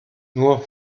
nur